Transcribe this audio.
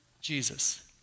Jesus